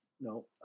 no